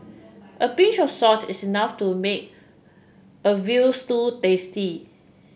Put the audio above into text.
a pinch of salt is enough to make a veal stew tasty